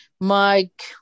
Mike